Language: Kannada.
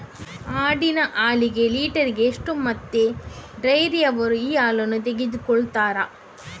ಆಡಿನ ಹಾಲಿಗೆ ಲೀಟ್ರಿಗೆ ಎಷ್ಟು ಮತ್ತೆ ಡೈರಿಯವ್ರರು ಈ ಹಾಲನ್ನ ತೆಕೊಳ್ತಾರೆ?